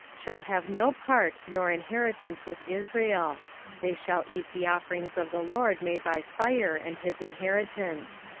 shall have no part nor inheritance with israel they shall eat the offerings of the lord made by fire, and his inheritance.